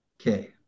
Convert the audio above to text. Okay